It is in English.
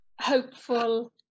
hopeful